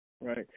Right